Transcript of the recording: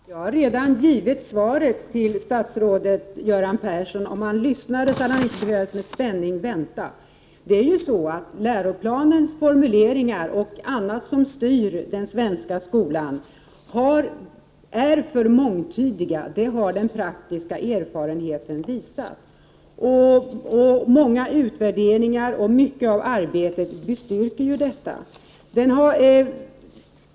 Herr talman! Jag har redan givit svaret på statsrådet Göran Perssons fråga. Om han hade lyssnat till mig hade han inte behövt vänta med spänning. Läroplanens formuleringar och annat som styr den svenska skolan är för mångtydiga, det har den praktiska erfarenheten visat. Och många utvärderingar och annat styrker detta.